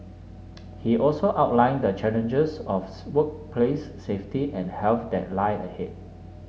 he also outlined the challenges of workplace safety and health that lie ahead